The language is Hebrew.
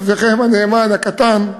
עבדכם הנאמן הקטן,